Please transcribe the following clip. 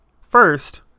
First